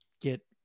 get